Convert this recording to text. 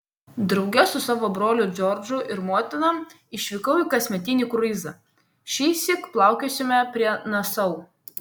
drauge su savo broliu džordžu ir motina išvykau į kasmetinį kruizą šįsyk plaukiosime prie nasau